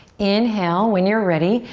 inhale, when you're ready.